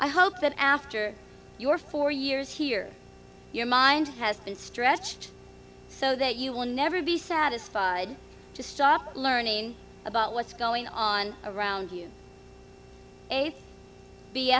i hope that after your four years here your mind has been stretched so that you will never be satisfied to stop learning about what's going on around you